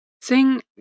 Sing